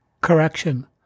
Correction